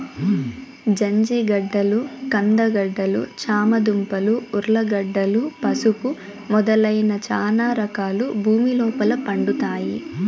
జంజిగడ్డలు, కంద గడ్డలు, చామ దుంపలు, ఉర్లగడ్డలు, పసుపు మొదలైన చానా రకాలు భూమి లోపల పండుతాయి